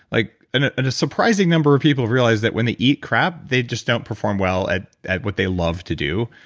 like and a surprising number of people realize that when they eat crap, they just don't perform well at at what they love to do.